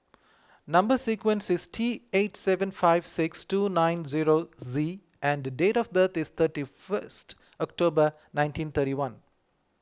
Number Sequence is T eight seven five six two nine zero Z and date of birth is thirty first October nineteen thirty one